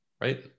right